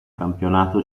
campionato